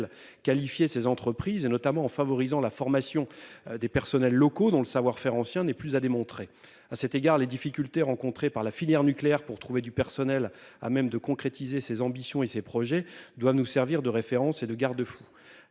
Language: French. qualifié ces entreprises et notamment en favorisant la formation des personnels, locaux, dont le savoir-faire anciens n'est plus à démontrer. À cet égard les difficultés rencontrées par la filière nucléaire pour trouver du personnel à même de concrétiser ses ambitions et ses projets doivent nous servir de référence et de garde-.